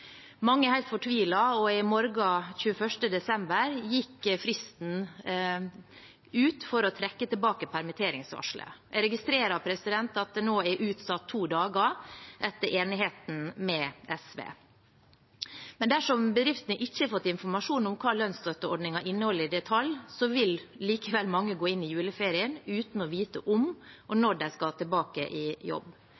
Mange er helt fortvilet, og i morgen, 21. desember, går fristen ut for å trekke tilbake permitteringsvarselet. Jeg registrerer at det nå er utsatt to dager, etter enigheten med SV, men dersom bedriftene ikke har fått informasjon om hva lønnsstøtteordningen inneholder i detalj, vil likevel mange gå inn i juleferien uten å vite om og